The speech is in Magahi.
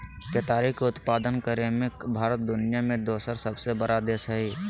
केताड़ी के उत्पादन करे मे भारत दुनिया मे दोसर सबसे बड़ा देश हय